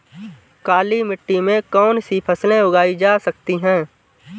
काली मिट्टी में कौनसी फसलें उगाई जा सकती हैं?